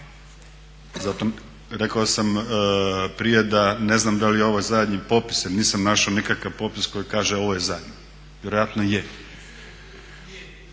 Rekao sam prije da ne znam da li je ovo zadnji popis jer nisam našao nikakav popis koji kaže ovo je zadnje, vjerojatno je.